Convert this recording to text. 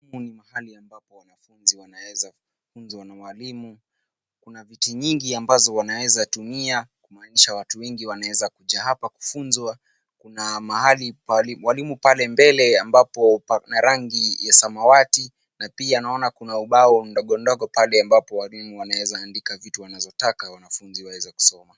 Huu ni mahali ambapo wanafunzi wanaweza kufunzwa na walimu. Kuna viti nyingi ambazo wanaweza tumia kumaanisha watu wengi wanaweza kuja hapa kufunzwa. Kuna mahali pa walimu pale mbele ambapo pana rangi ya samawati na pia naona kuna ubao ndogo ndogo pale ambao walimu wanaweza andika vitu wanazotaka wanafunzi waweze kusoma.